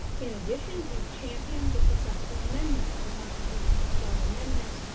in addition, he'd champion the successful amendment of the constitution with twelve amendments,